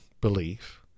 belief